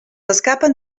escapen